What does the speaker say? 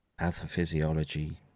pathophysiology